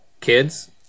kids